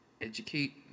educate